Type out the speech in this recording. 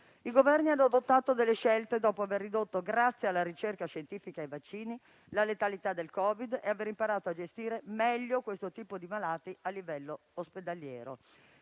I Governi hanno adottato delle scelte dopo aver ridotto, grazie alla ricerca scientifica e ai vaccini, la letalità del Covid ed aver imparato a gestire meglio questo tipo di malati a livello ospedaliero.